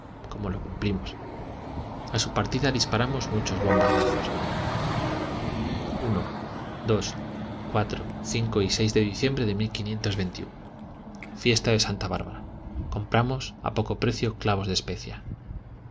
como lo cumplimos a su partida disparamos muchos bombarda zo i i cinco de diciembre de fiesta de santa bárbara compramos a poco precio clavos de